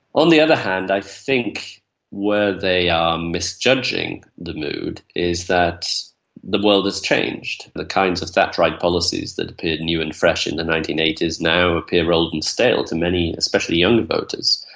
on the other hand, i think where they are misjudging the mood is that the world has changed. the kinds of thatcherite policies that appeared new and fresh in the nineteen eighty s now appear old and stale to many, especially younger voters,